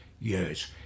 years